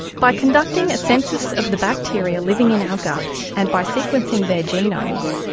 by conducting a census of the bacteria living in our gut and by sequencing their genomes,